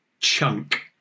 chunk